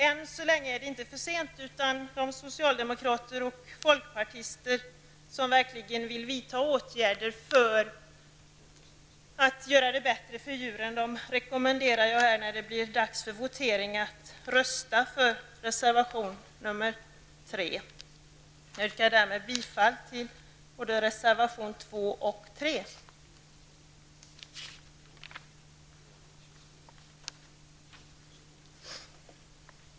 Än är det inte för sent. De socialdemokrater och folkpartister som verkligen vill vidta åtgärder för att göra det bättre för djuren rekommenderar jag att, när det blir dags för votering, rösta för reservation nr 3. Jag yrkar därmed bifall till både reservation nr 2 och reservation nr 3.